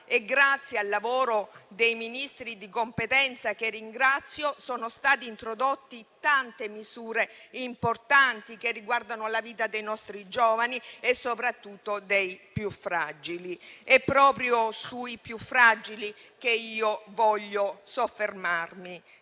Grazie al lavoro dei Ministri di competenza, che ringrazio, sono state introdotte tante misure importanti, che riguardano la vita dei nostri giovani e soprattutto dei più fragili. È proprio sui più fragili che voglio soffermarmi.